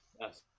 yes